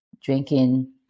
drinking